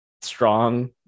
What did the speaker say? strong